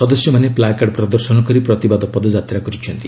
ସଦସ୍ୟମାନେ placard ପ୍ରଦର୍ଶନ କରି ପ୍ରତିବାଦ ପଦଯାତ୍ରା କରିଛନ୍ତି